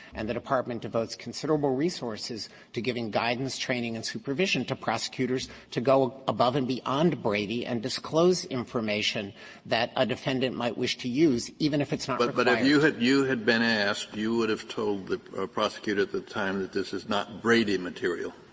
and the department devotes considerable resources to given guidance, training, and supervision to prosecutors to go above and beyond brady and disclose information that a defendant might wish to use even if it's not. kennedy but but if you had you had been asked you would have told the prosecutor at the time that this is not brady material,